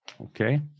Okay